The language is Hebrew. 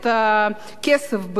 את הכסף,